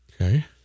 okay